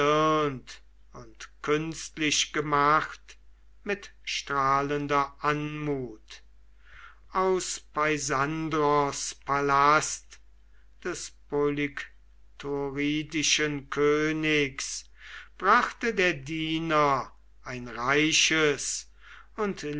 und künstlich gemacht mit strahlender anmut aus peisandros palast des polyktoridischen königs brachte der diener ein reiches und